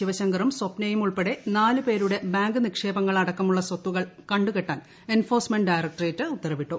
ശിവശങ്കറും സ്വപ്നയും ഉൾപ്പെടെ നാല് പേരുടെ ബാങ്ക് നിക്ഷേപങ്ങൾ അടക്കമുള്ള സ്വത്തുക്കൾ കണ്ടുകെട്ടാൻ എൻഫോഴ്സ്മെന്റ് ഡയറക്ട്രേറ്റ് ഉത്തരവിട്ടു